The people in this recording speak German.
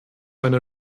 einer